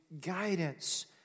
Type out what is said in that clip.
guidance